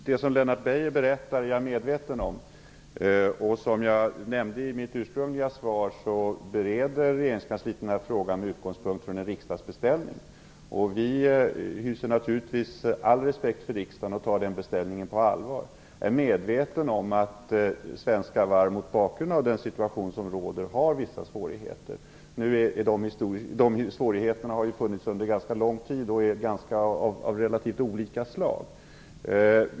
Fru talman! Jag är medveten om det som Lennart Beijer berättar om. Som jag nämnde i mitt svar bereder regeringskansliet den här frågan med utgångspunkt från en riksdagsbeställning. Vi hyser all respekt för riksdagen och tar den beställningen på allvar. Jag är medveten om att svenska varv har vissa svårigheter mot bakgrund av den situation som råder. Dessa svårigheter har ju funnits under ganska lång tid och är av relativt olika slag.